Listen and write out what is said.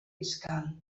fiscal